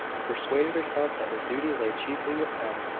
and persuaded herself that her duty lay chiefly with them.